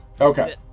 Okay